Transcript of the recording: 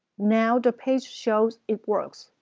now the page shows it works,